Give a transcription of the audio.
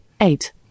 eight